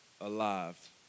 alive